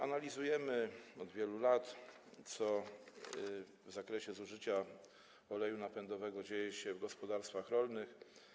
Analizujemy od wielu lat, co w zakresie zużycia oleju napędowego dzieje się w gospodarstwach rolnych.